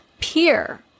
peer